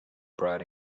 bride